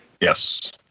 Yes